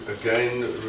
again